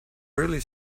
really